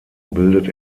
bildet